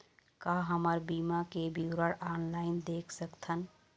का हमर बीमा के विवरण ऑनलाइन देख सकथन?